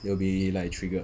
they will be like triggered